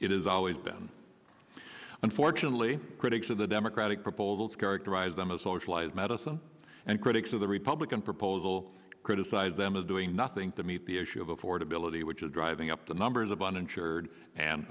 is always been unfortunately critics of the democratic proposal to characterize them as socialized medicine and critics of the republican proposal criticize them as doing nothing to meet the issue of affordability which is driving up the numbers of uninsured and